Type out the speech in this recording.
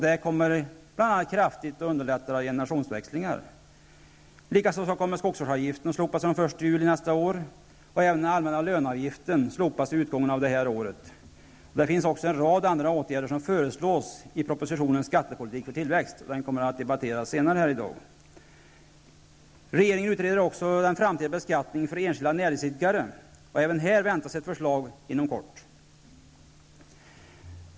Detta kommer att bl.a. kraftigt underlätta generationsväxlingar. Likaså kommer skogsvårdsavgiften att slopas fr.o.m. den 1 juli nästa år. Även den allmänna löneavgiften slopas vid utgången av detta år. Det finns också en rad andra åtgärder, som föreslås i propositionen Skattepolitik för tillväxt. Den kommer att debatteras senare i dag. Regeringen utreder också den framtida beskattningen för enskilda näringsidkare. Även här väntas ett förslag inom kort.